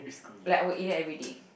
like I would eat that everyday